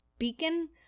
beacon